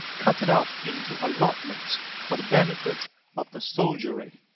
cut it up into allotments for the benefit of the soldiery.